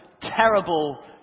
terrible